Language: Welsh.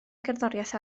gerddoriaeth